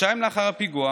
חודשיים לאחר הפיגוע